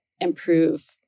improve